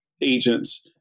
agents